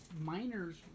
miners